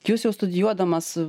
jūs jau studijuodamas